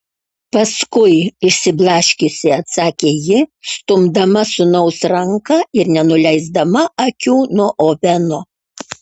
paskui išsiblaškiusi atsakė ji stumdama sūnaus ranką ir nenuleisdama akių nuo oveno